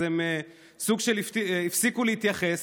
הם הפסיקו להתייחס,